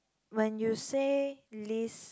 when you say list